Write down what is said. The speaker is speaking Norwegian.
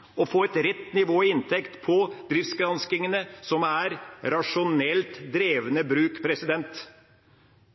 driftsgranskingene få fram et rett nivå i inntekt for rasjonelt drevne bruk.